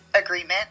agreement